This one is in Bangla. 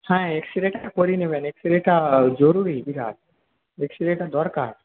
হ্যাঁ এক্সরেটা করিয়ে নেবেন এক্সরেটা জরুরি বিরাট এক্সরেটা দরকার